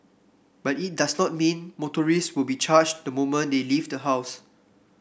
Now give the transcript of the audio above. but it does not mean motorists will be charged the moment they leave the house